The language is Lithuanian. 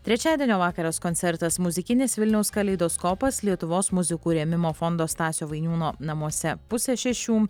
trečiadienio vakaras koncertas muzikinis vilniaus kaleidoskopas lietuvos muzikų rėmimo fondo stasio vainiūno namuose pusę šešių